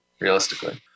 Realistically